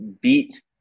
beat